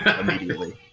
immediately